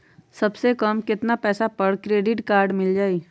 सबसे कम कतना पैसा पर क्रेडिट काड मिल जाई?